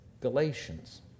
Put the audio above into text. Galatians